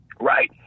right